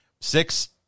six